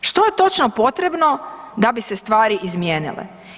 Što je točno potrebno da bi se stvarni izmijenile?